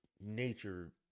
nature